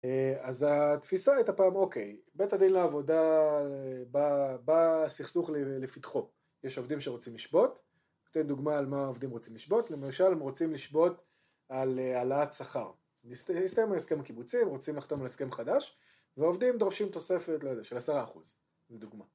אז התפיסה הייתה פעם, אוקיי, בית הדין לעבודה, בא סכסוך לפתחו יש עובדים שרוצים לשבות, ניתן דוגמא על מה העובדים רוצים לשבות, למשל הם רוצים לשבות על עלאת שכר. הסתיים ההסכם הקיבוצי, הם רוצים לחתום על הסכם חדש. ועובדים דורשים תוספת של עשרה אחוז, לדוגמא.